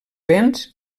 béns